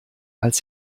als